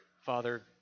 Father